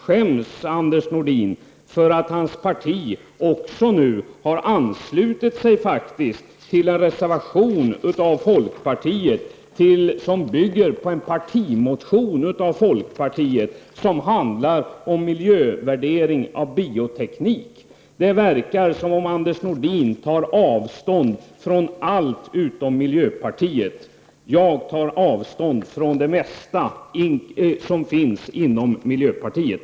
Skäms, Anders Nordin, för att ditt parti faktiskt har anslutit sig till en folkpartireservation, som bygger på en partimotion om miljövärdering av bioteknik. Det verkar som om Anders Nordin tar avstånd från allt utom miljöpartiet. Jag själv tar avstånd från det mesta som finns inom miljöpartiet.